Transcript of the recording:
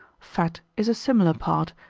fat is a similar part,